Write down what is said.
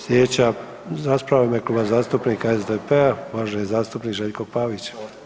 Sljedeća rasprava u ime Kluba zastupnika SDP-a uvaženi zastupnik Željko Pavić.